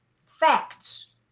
facts